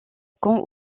camp